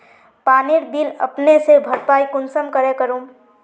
पानीर बिल अपने से भरपाई कुंसम करे करूम?